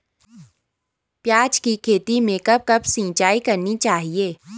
प्याज़ की खेती में कब कब सिंचाई करनी चाहिये?